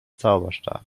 zauberstab